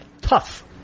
Tough